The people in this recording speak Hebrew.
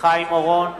חיים אורון,